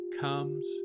comes